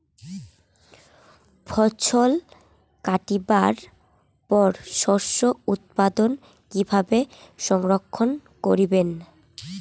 ফছল কাটিবার পর শস্য উৎপাদন কিভাবে সংরক্ষণ করিবেন?